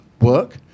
work